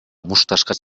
мушташка